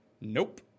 Nope